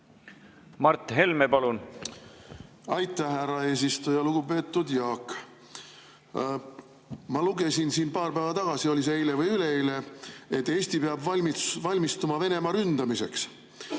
Mart Helme, palun! Aitäh, härra eesistuja! Lugupeetud Jaak! Ma lugesin paar päeva tagasi – eile või üleeile –, et Eesti peab valmistuma Venemaa ründamiseks.